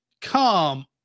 Come